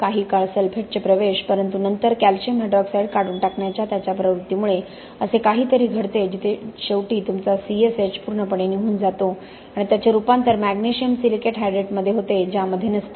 काही काळ सल्फेटचे प्रवेश परंतु नंतर कॅल्शियम हायड्रॉक्साईड काढून टाकण्याच्या त्याच्या प्रवृत्तीमुळे असे काहीतरी घडते जिथे शेवटी तुमचा C S H पूर्णपणे निघून जातो आणि त्याचे रूपांतर मॅग्नेशियम सिलिकेट हायड्रेटमध्ये होते ज्यामध्ये नसते